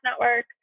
Network